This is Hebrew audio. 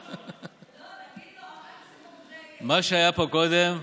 לא, תגיד לו, המקסימום זה, מה שהיה פה קודם,